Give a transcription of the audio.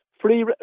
free